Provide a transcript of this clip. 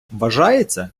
вважається